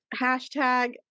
Hashtag